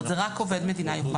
זה רק עובד מדינה יוכל לעשות.